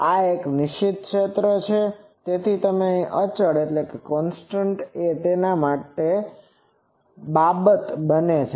આ એક નિશ્ચિત ક્ષેત્ર છે તેથી અચળ એ તેના માટે બાબત બને છે